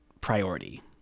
priority